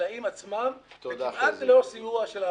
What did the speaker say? החקלאים עצמם, כמעט ללא סיוע.